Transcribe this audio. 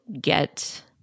get